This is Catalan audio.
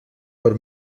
per